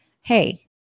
Hey